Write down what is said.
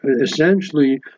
essentially